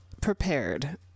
prepared